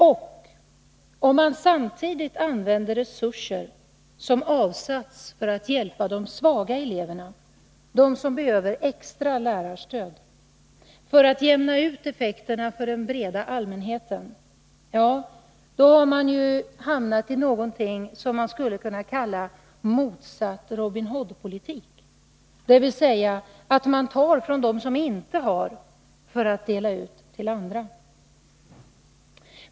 Och, om man samtidigt använder resurser som avsatts för att hjälpa de svaga eleverna, de som behöver extra lärarstöd, för att jämna ut effekterna för den breda allmänheten, har man hamnat i någonting som man skulle kunna kalla motsatt Robin Hood-politik, dvs. att man tar från dem som inte har för att dela ut till andra.